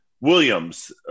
Williams